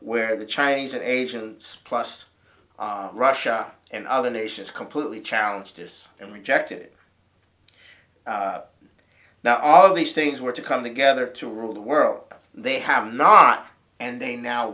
where the chinese and asians plus russia and other nations completely challenge this and rejected all of these things were to come together to rule the world they have not and they now